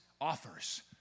offers